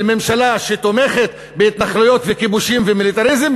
ממשלה שתומכת בהתנחלויות וכיבושים ומיליטריזם,